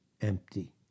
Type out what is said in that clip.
Empty